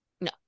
No